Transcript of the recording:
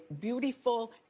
beautiful